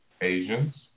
Asians